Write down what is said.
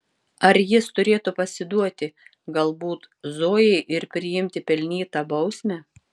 ar jis turėtų pasiduoti galbūt zojai ir priimti pelnytą bausmę